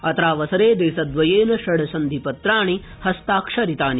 अत्रावसरे देशद्वयेन षड् सन्धिपत्राणि हस्ताक्षरितानि